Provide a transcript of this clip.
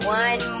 one